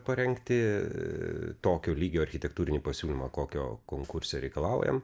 parengti tokio lygio architektūrinį pasiūlymą kokio konkurse reikalaujam